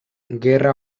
gerra